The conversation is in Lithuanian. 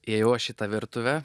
įėjau aš į tą virtuve